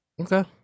Okay